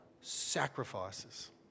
sacrifices